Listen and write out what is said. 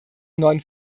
neuen